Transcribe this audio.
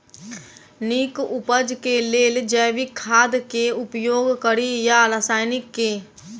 नीक उपज केँ लेल जैविक खाद केँ उपयोग कड़ी या रासायनिक केँ?